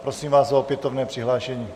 Prosím vás o opětovné přihlášení.